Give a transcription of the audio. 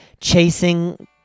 chasing